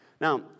Now